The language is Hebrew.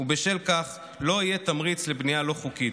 ובשל כך לא יהיה תמריץ לבנייה לא חוקית,